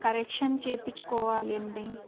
correction చేయించుకోవాలి అండి